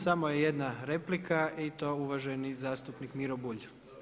Samo je jedna replika i to uvaženi zastupnik Miro Bulj.